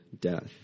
death